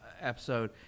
episode